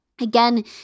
again